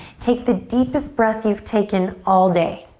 take the deepest breath you've taken all day.